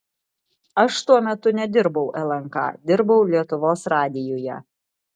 aš tuo metu nedirbau lnk dirbau lietuvos radijuje